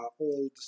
old